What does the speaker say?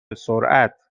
سرعت